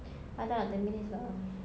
I tak nak tampines lah